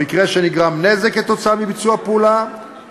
במקרה שנגרם נזק כתוצאה מביצוע פעולה,